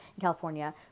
California